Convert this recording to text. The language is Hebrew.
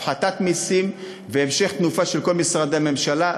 של הפחתת מסים והמשך תנופה של כל משרדי הממשלה,